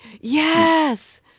yes